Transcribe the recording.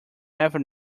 never